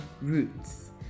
roots